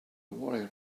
warrior